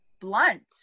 blunt